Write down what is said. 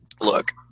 look